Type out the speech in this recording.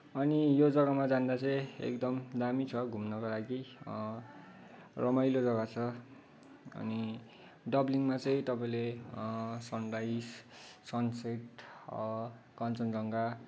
अनि यो जग्गामा जाँदा चाहिँ एकदम दामी छ घुम्नको लागि रमाइलो जग्गा छ अनि डाब्लिङमा चाहिँ तपाईँले सनराइज सनसेट कञ्चनजङ्घा